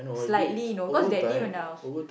slightly you know because that day when I was